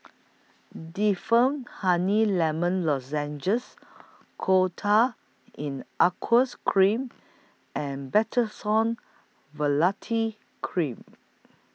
Difflam Honey Lemon Lozenges Coal Tar in Aqueous Cream and Betamethasone Valerate Cream